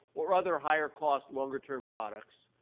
or other higher-cost, longer-term products,